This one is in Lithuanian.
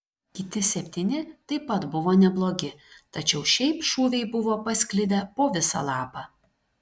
kiti septyni taip pat buvo neblogi tačiau šiaip šūviai buvo pasklidę po visą lapą